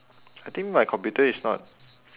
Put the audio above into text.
I think my computer is not